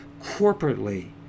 corporately